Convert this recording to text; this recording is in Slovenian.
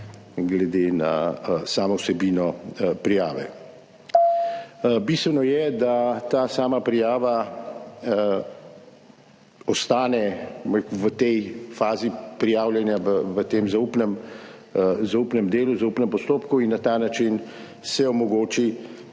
glede na samo vsebino prijave. Bistveno je, da ta sama prijava ostane v fazi prijavljanja v tem zaupnem delu, zaupnem postopku in se na ta način omogoči,